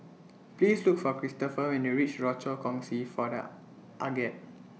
Please Look For Christopher when YOU REACH Rochor Kongsi For The Aged